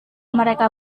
mereka